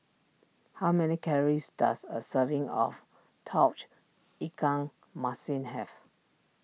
how many calories does a serving of Tauge Ikan Masin have